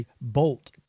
Bolt